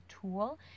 tool